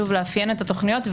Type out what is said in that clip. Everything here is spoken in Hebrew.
שוב לאפיין את התוכניות,